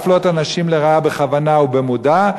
אסור להפלות אנשים לרעה בכוונה והמודע,